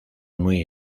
muy